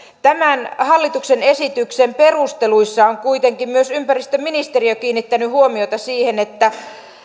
tämän hallituksen esityksen perusteluissa on kuitenkin myös ympäristöministeriö kiinnittänyt huomiota siihen että